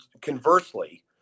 conversely –